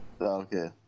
Okay